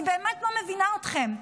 אני באמת לא מבינה אתכם.